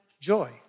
joy